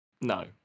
no